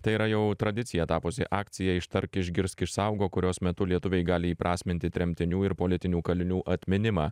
tai yra jau tradicija tapusi akcija ištark išgirsk išsaugok kurios metu lietuviai gali įprasminti tremtinių ir politinių kalinių atminimą